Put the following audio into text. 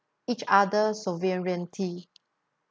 each other's sovereignty